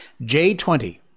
J20